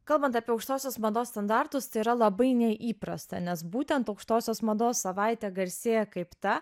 kalbant apie aukštosios mados standartus tai yra labai neįprasta nes būtent aukštosios mados savaitė garsėja kaip ta